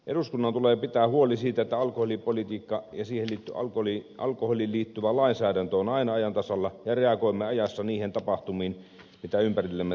eduskunnan tulee pitää huoli siitä että alkoholipolitiikka ja alkoholiin liittyvä lainsäädäntö on aina ajan tasalla ja reagoimme ajassa niihin tapahtumiin mitä ympärillämme tapahtuu